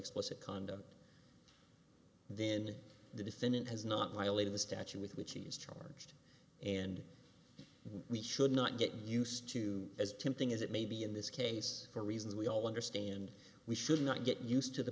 explicit conduct then the defendant has not violated the statue with which he is charged and we should not get used to as tempting as it may be in this case for reasons we all understand we should not get used to the